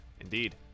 Indeed